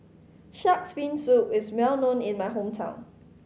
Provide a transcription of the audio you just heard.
Shark's Fin Soup is well known in my hometown